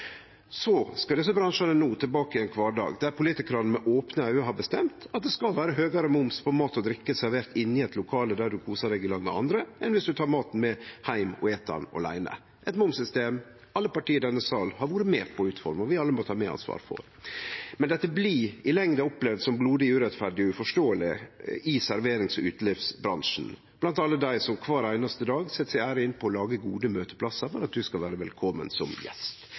Så skal desse bransjane no tilbake i ein kvardag der politikarane med opne auge har bestemt at det skal vere høgare moms på mat og drikke servert inni eit lokale, der ein koser seg i lag med andre, enn viss du tar maten med heim og et han aleine. Det er eit momssystem alle parti i denne salen har vore med på å utforme, og som vi alle må ta medansvar for. Men dette blir i lengda opplevd som blodig urettferdig og uforståeleg i serverings- og utelivsbransjen, blant alle dei som kvar einaste dag set si ære inn på å lage gode møteplassar for at du skal vere velkomen som gjest.